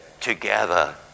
together